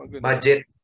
budget